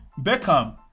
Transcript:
Beckham